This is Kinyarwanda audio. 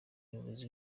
abayobozi